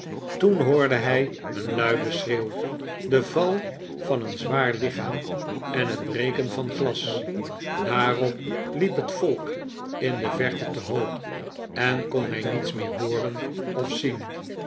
toen hoorde hij een luiden schreeuw den val van een zwaar lichaam en het breken van glas daarop liep het volk in de verte te hoop en kon hij niets meer hooren of zien